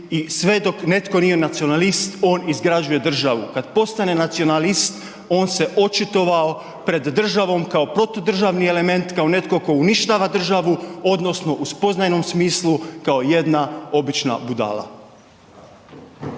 i sve dok netko nije nacionalist, on izgrađuje državu. Kad postane nacionalist, on se očitovao pred državom kao protudržavni element, kao netko tko uništava državu odnosno u spoznajnom smislu, kao jedna obična budala.